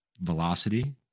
velocity